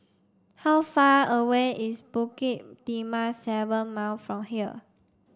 how far away is Bukit Timah Seven Mile from here